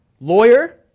Lawyer